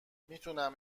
میتونم